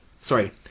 Sorry